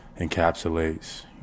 encapsulates